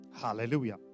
Hallelujah